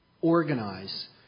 organize